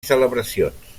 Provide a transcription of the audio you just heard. celebracions